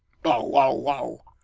bow, wow, wow,